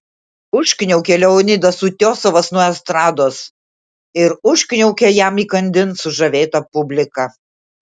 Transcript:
užkniaukė leonidas utiosovas nuo estrados ir užkniaukė jam įkandin sužavėta publika